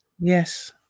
Yes